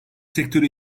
sektörü